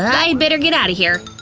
i'd better get outta here,